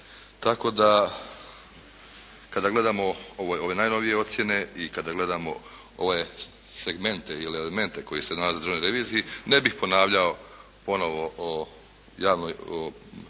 tako da kada gledamo ove najnovije ocjene i kada gledamo ove segmente ili elemente koji se nalaze u Državnoj reviziji ne bih ponavljao ponovo o javnoj,